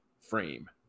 frame